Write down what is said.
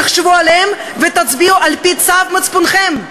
תחשבו עליהם, ותצביעו על-פי צו מצפונכם.